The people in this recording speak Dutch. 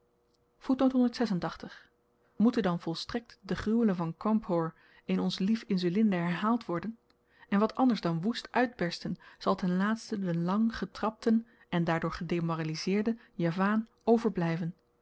moeten dan volstrekt de gruwelen van cawnpore in ons lief insulinde herhaald worden en wat anders dan woest uitbersten zal ten laatste den lang getrapten en daardoor gedemoralizeerden javaan overblyven